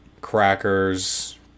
Cracker's